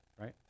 Right